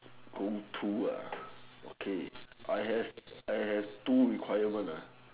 go to ah okay I have I have two requirement nah